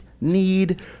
Need